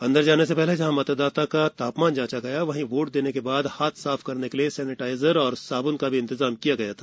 अंदर जाने से पहले जहां मतदाता का तापमान जांचा गया वहीं वोट देने के बाद हाथ साफ करने के लिए सैनिटाइजर और साब्न का भी इंतजाम किया गया था